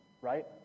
right